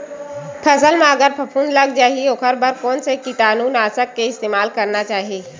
फसल म अगर फफूंद लग जा ही ओखर बर कोन से कीटानु नाशक के इस्तेमाल करना चाहि?